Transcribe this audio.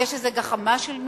כי יש איזה גחמה של מישהו?